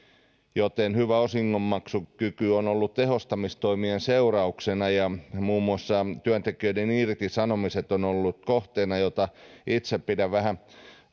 joten hyvä osingonmaksukyky on ollut tehostamistoimien seurausta ja muun muassa työntekijöiden irtisanomiset ovat olleet kohteena ja itse pidän sitä vähän